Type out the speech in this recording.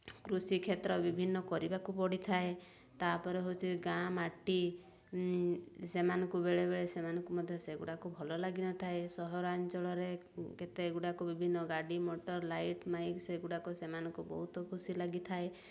କୃଷି କ୍ଷେତ୍ର ବିଭିନ୍ନ କରିବାକୁ ପଡ଼ିଥାଏ ତାପରେ ହେଉଛି ଗାଁ ମାଟି ସେମାନଙ୍କୁ ବେଳେବେଳେ ସେମାନଙ୍କୁ ମଧ୍ୟ ଭଲ ଲାଗିନଥାଏ ସହରାଞ୍ଚଳରେ କେତେଗୁଡ଼ାକ ବିଭିନ୍ନ ଗାଡ଼ି ମୋଟର୍ ଲାଇଟ୍ ମାଇକ୍ ସେଗୁଡ଼ାକ ସେମାନଙ୍କୁ ବହୁତ ଖୁସି ଲାଗିଥାଏ